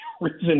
reason